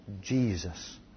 Jesus